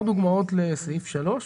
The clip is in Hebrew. אפשר להציג דוגמאות לפסקה (3)?